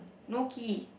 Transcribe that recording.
no key